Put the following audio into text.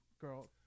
girl